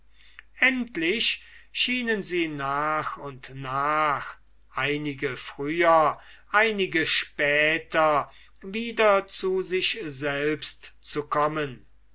endlich schienen sie nach und nach einige früher einige später wieder zu sich selbst zu kommen